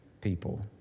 people